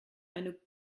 eine